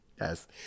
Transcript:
Yes